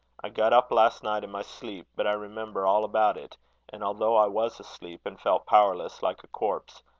i got up last night in my sleep, but i remember all about it and, although i was asleep, and felt powerless like a corpse,